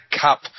Cup